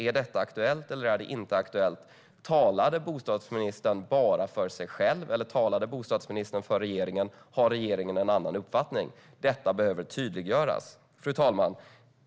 Är detta aktuellt eller inte? Talade bostadsministern bara för sig själv, eller talade bostadsministern för regeringen? Har regeringen en annan uppfattning? Detta behöver tydliggöras. Fru talman!